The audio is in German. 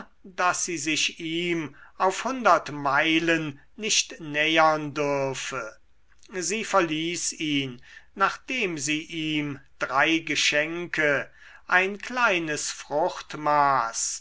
daß sie sich ihm auf hundert meilen nicht nähern dürfe sie verließ ihn nachdem sie ihm drei geschenke ein kleines fruchtmaß